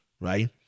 right